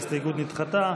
ההסתייגות נדחתה.